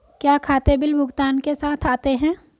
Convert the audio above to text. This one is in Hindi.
क्या खाते बिल भुगतान के साथ आते हैं?